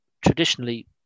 traditionally